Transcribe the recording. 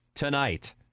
Tonight